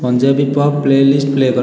Punjabi pop playlist play କର